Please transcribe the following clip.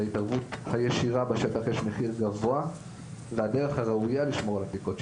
להתערבות הישירה בשטח יש מחיר גבוה והדרך הראויה לשמור על העתיקות,